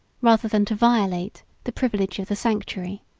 rather than to violate, the privilege of the sanctuary.